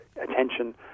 attention